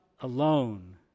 alone